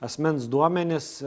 asmens duomenys